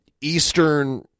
Eastern